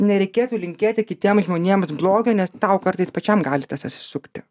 nereikėtų linkėti kitiem žmonėms blogio nes tau kartais pačiam gali tas atsisukti